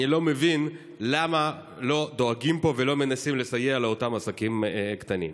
ואני לא מבין למה לא דואגים פה ולא מנסים לסייע לאותם עסקים קטנים.